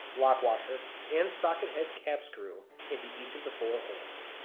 lock washer, and socket head cap screws into each of the four holes.